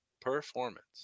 performance